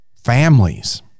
families